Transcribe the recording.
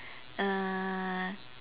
uh